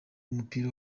w’umupira